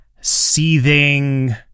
seething